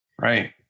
Right